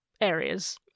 areas